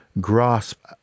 grasp